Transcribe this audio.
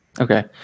okay